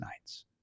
nights